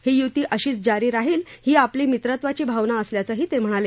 ही युती अशीच जारी राहील ही आपली मित्रत्वाची भावना असल्याचंही ते म्हणाले